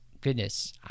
goodness